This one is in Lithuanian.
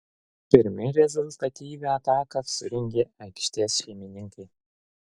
pirmi rezultatyvią ataką surengė aikštės šeimininkai